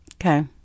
Okay